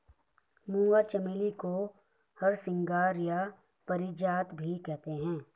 मूंगा चमेली को हरसिंगार या पारिजात भी कहते हैं